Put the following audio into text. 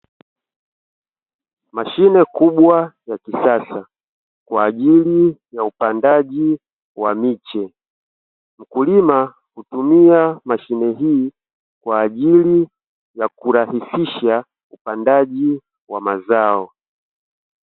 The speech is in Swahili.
Mashine kubwa ya kisasa kwa ajili ya upandaji wa miche. Mkulima hutumia mashine hii kwa ajili ya kurahisisha upandaji wa mazao.